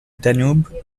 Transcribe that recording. danube